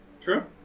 True